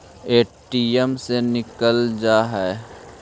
ATM से निकल जा है?